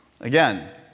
Again